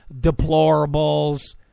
deplorables